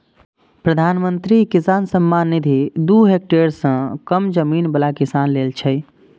प्रधानमंत्री किसान सम्मान निधि दू हेक्टेयर सं कम जमीन बला किसान लेल छै